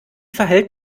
verhält